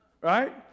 right